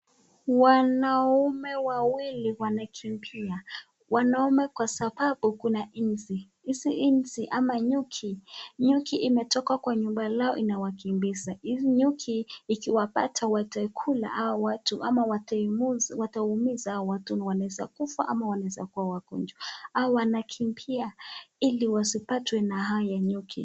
Wanaume wawili wanakimbia. Wanaume kwa sababu kuna inzi, hizi inzi ama nyuki, nyuki imetoka kwa nyumba lao inawakimbiza hizi nyuki ikiwapata watakula hawa watu ama wataumiza hawa watu na wanaeza kufa ama wanaeza kuwa wagonjwa. Hawa wanakimbia ili wasipatwe na haya nyuki.